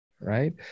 right